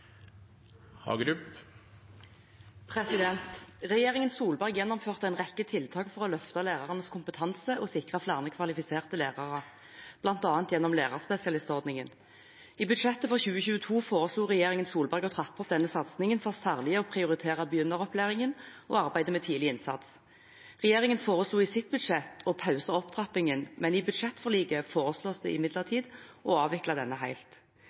sikre flere kvalifiserte lærere, bl.a. gjennom lærerspesialistordningen. I budsjettet for 2022 foreslo regjeringen Solberg å trappe opp denne satsingen for særlig å prioritere begynneropplæringen og arbeidet med tidlig innsats. Regjeringen foreslo i sitt budsjett å ta pause i opptrappingen, men i budsjettforliket foreslås det imidlertid å avvikle denne